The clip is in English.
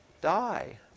die